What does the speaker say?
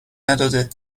نداده